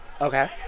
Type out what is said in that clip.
Okay